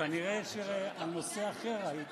כנראה שעל נושא אחר היית